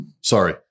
Sorry